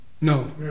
no